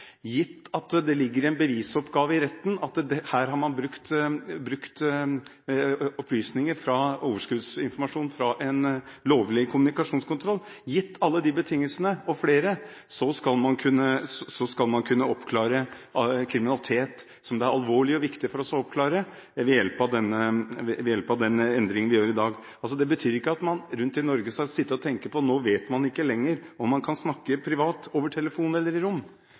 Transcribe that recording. gitt at det ligger en bevisoppgave i retten, og at man har brukt opplysninger fra overskuddsinformasjon fra en lovlig kommunikasjonskontroll, gitt alle de betingelsene og flere – kunne vurdere om den opplysningen kan brukes til å oppklare kriminalitet som er alvorlig og viktig for oss å oppklare, ved hjelp av den endringen vi gjør i dag. Det betyr ikke at man rundt om i Norge skal sitte og tenke på at nå vet man ikke lenger om man kan snakke privat over telefon eller i rom.